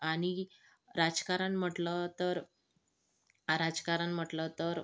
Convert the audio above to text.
आणि राजकारण म्हटलं तर राजकारण म्हटलं तर